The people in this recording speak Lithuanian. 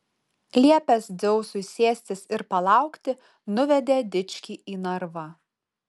liepęs dzeusui sėstis ir palaukti nuvedė dičkį į narvą